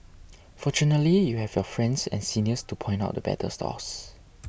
fortunately you have your friends and seniors to point out the better stalls